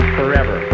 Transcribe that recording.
forever